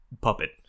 puppet